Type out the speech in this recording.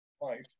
life